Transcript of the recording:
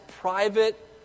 private